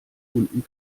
unten